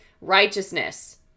righteousness